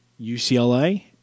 UCLA